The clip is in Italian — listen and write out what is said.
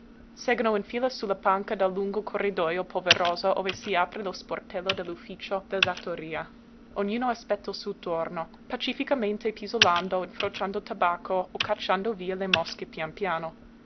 seggono in fila sulla panca del lungo corridojo polveroso ove si apre lo sportello dell'ufficio d'esattoria e ognuno aspetta il suo turno pacificamente pisolando o infrociando tabacco o cacciando via le mosche pian piano